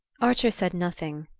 archer said nothing.